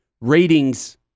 ratings